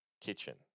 kitchen